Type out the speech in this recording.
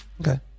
Okay